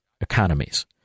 economies